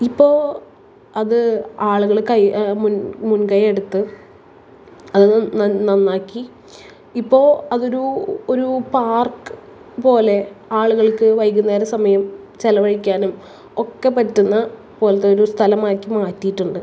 ഇപ്പോൾ അത് ആളുകള് കൈ മുന് മുന്കൈ എടുത്തു അത് നന്ന് നന്നാക്കി ഇപ്പോൾ അതൊരു ഒരു പാര്ക്കു പോലെ ആളുകള്ക്ക് വൈകുന്നേരം സമയം ചിലവഴിക്കാനും ഒക്കെ പറ്റുന്ന പോലത്തെ ഒരു സ്ഥലമാക്കി മാറ്റിയിട്ടുണ്ട്